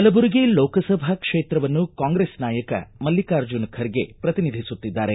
ಕಲಬುರಗಿ ಲೋಕಸಭಾ ಕ್ಷೇತ್ರವನ್ನು ಕಾಂಗ್ರೆಸ್ ನಾಯಕ ಮಲ್ಲಿಕಾರ್ಜುನ ಖರ್ಗೆ ಪ್ರತಿನಿಧಿಸುತ್ತಿದ್ದಾರೆ